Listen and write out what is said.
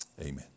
Amen